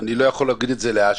אני לא יכול להגיד את זה לאשי,